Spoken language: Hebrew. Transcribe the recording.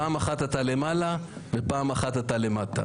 פעם אחת אתה למעלה ופעם אחת אתה למטה.